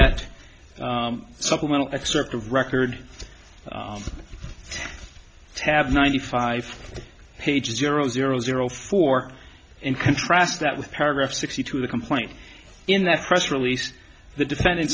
at supplemental excerpt of record tab ninety five pages zero zero zero four and contrast that with paragraph sixty two of the complaint in that press release the defendant